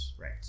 right